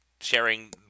sharing